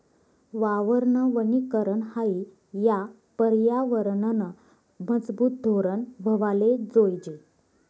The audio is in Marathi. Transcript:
वावरनं वनीकरन हायी या परयावरनंनं मजबूत धोरन व्हवाले जोयजे